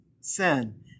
sin